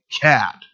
cat